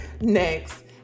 Next